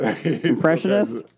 Impressionist